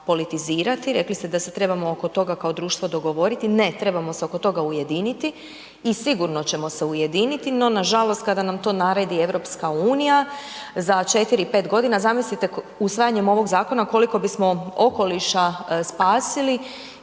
rekli ste da se trebamo oko toga kao društvo dogovoriti, ne, trebamo se oko toga ujediniti i sigurno ćemo se ujediniti no nažalost kada nam to naredi EU za 4, 5 g., zamislite usvajanjem ovog zakona koliko bismo okoliša spasili